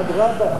אדרבה.